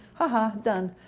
ha ha! done.